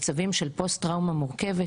במצבים של פוסט טראומה מורכבת,